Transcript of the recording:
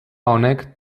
honek